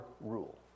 rule